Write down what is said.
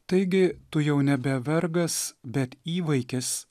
taigi tu jau nebe vergas bet įvaikis